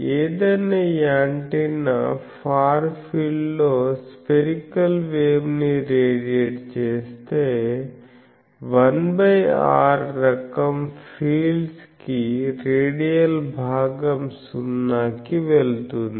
ఏదైనా antenna far field లో spherical wave ని రేడియేట్ చేస్తే 1r రకం ఫీల్డ్స్ కి రేడియల్ భాగం 0 కి వెళుతుంది